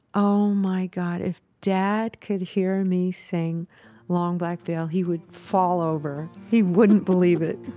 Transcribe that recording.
oh, my god, if dad could hear me sing long black veil he would fall over. he wouldn't believe it.